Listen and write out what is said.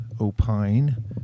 opine